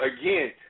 again